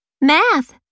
Math